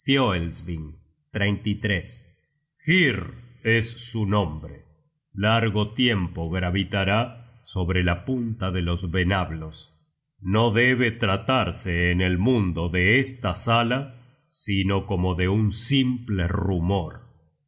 mágica fioelsving hyrr es su nombre largo tiempo gravitará sobre la punta de los venablos no debe tratarse en el mundo de esta sala sino como de un simple rumor